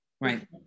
right